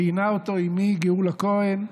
ראיינה אותו אימי גאולה כהן,